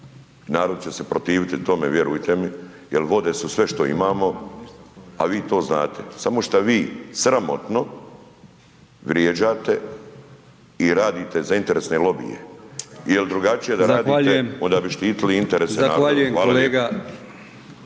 narod će se protiviti tome vjerujte mi jel vode su sve što imamo, a vi to znate, samo šta vi sramotno vrijeđate i radite za interesne lobije jel drugačije …/Upadica: Zahvaljujem/…da radite